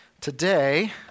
Today